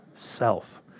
self